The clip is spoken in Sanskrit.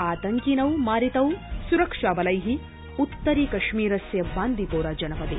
आतंकिनौ मारितौ सुरक्षाबलै उत्तरीकश्मीरस्य बांदीपोरा जनपदे